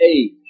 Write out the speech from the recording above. age